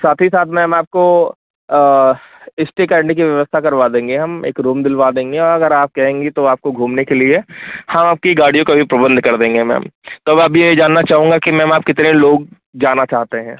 साथ ही साथ मैंम आपको स्टे करने की व्यवस्था करवा देंगे हम एक रूम दिलवा देंगे अगर आप कहेंगी तो आपको घूमने के लिए हम आपकी गाड़ियों का भी प्रबंध कर देंगे मैंम तो मैं अभी ये जानना चाहूँगा कि मैंम आप कितने लोग जाना चाहते हैं